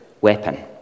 weapon